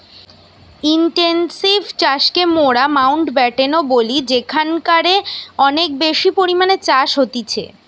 intensive চাষকে মোরা Mountbatten ও বলি যেখানকারে অনেক বেশি পরিমাণে চাষ হতিছে